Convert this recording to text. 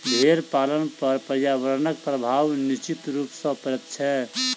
भेंड़ पालन पर पर्यावरणक प्रभाव निश्चित रूप सॅ पड़ैत छै